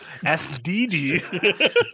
sdd